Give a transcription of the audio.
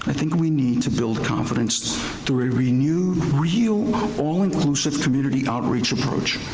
think we need to build confidence through a renewed, real, all inclusive community outreach approach,